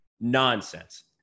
Nonsense